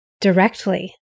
directly